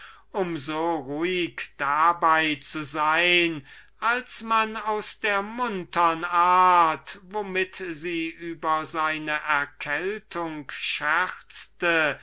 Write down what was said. um so ruhig dabei zu sein als man aus der muntern art womit sie über seine erkältung scherzte